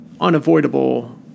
unavoidable